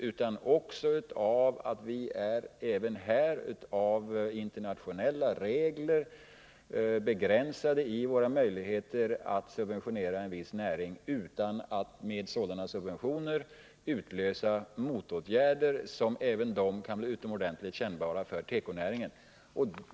Också här gäller att vi på grund av internationella regler har begränsade möjligheter att subventionera en viss näring utan att med sådana subventioner utlösa motåtgärder som kan bli utomordentligt kännbara i tekonäringen.